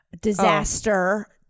disaster